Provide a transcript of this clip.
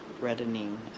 reddening